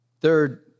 third